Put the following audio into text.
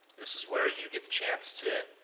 this is where you get the chance to